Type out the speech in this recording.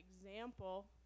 example